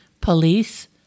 Police